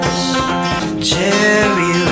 cherry